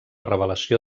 revelació